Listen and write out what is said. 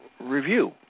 review